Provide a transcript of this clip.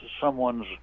someone's